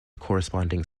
corresponding